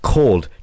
Called